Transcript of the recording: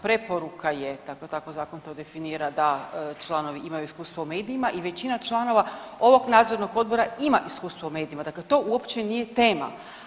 Preporuka je, dakle tako zakon to definira da članovi imaju iskustvo u medijima i većina članova ovog nadzornog odbora ima iskustvo u medijima, dakle to uopće nije tema.